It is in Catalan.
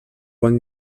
pont